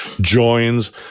joins